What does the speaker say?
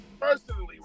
Personally